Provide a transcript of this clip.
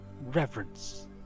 reverence